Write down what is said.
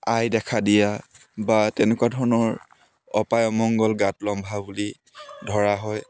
আই দেখা দিয়া বা তেনেকুৱা ধৰণৰ অপায় অমংগল গাত লম্ভা বুলি ধৰা হয়